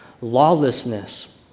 lawlessness